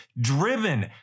driven